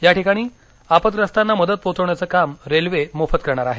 या ठिकाणी आपद्ग्रस्तांना मदत पोचवण्याचं काम रेल्वे मोफत करणार आहे